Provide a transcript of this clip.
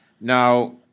Now